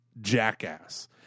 jackass